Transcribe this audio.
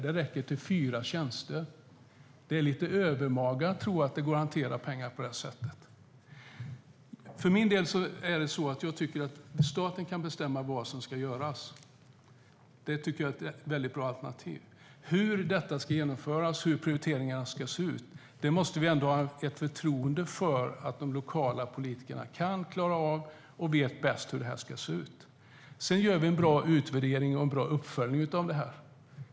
Det räcker till fyra tjänster. Det är lite övermaga att tro att det går att hantera pengar på det sättet. Jag tycker att staten kan bestämma vad som ska göras. Det är ett bra alternativ. Men hur det ska genomföras, hur prioriteringarna ska se ut, måste vi ändå ha förtroende för att de lokala politikerna kan klara av och vet bäst. Sedan gör vi en bra utvärdering och en bra uppföljning av det.